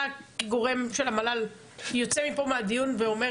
אתה כגורם של המל"ל יוצא מפה מהדיון ואומר